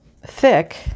thick